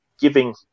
giving